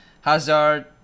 hazard